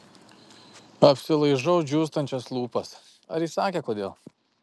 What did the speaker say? apsilaižau džiūstančias lūpas ar jis sakė kodėl